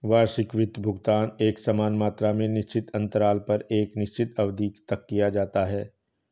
वार्षिक वित्त भुगतान एकसमान मात्रा में निश्चित अन्तराल पर एक निश्चित अवधि तक किया जाता है